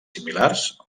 similars